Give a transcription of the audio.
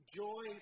joy